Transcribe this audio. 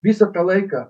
visą tą laiką